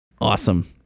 Awesome